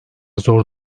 zor